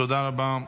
תודה רבה.